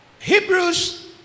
Hebrews